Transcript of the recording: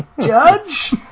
Judge